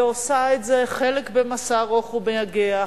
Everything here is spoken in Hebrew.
ועושה את זה חלק במסע ארוך ומייגע,